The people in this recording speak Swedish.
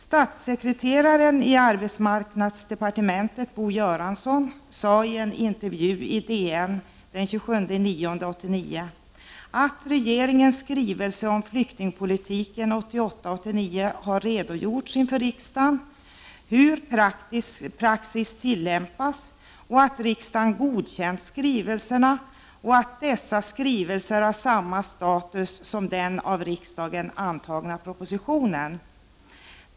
Statssekreteraren i arbetsmarknadsdepartementet, Bo Göransson, sade i en intervju i DN den 27 september 1989 att regeringen i två skrivelser om flyktingpolitiken 1988 och 1989 hade redogjort inför riksdagen för hur praxis tillämpas, att riksdagen godkänt skrivelserna och att dessa har samma status som den av riksdagen antagna propositionen.